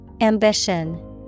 Ambition